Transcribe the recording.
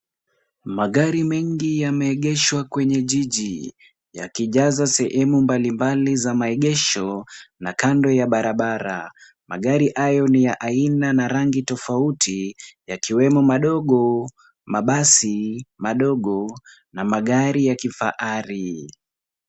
Magari mengi yamegeshwa kwenye jiji, yakijaza sehemu mbalimbali za maegesho na kando ya barabara. Magari hayo ni ya aina na rangi tofauti, yakiwemo madogo, mabasi madogo, na magari ya kifahari.